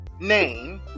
name